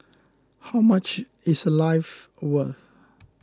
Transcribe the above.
how much is a life worth